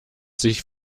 sich